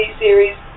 series